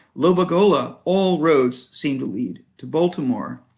lobagola all roads seem to lead to baltimore.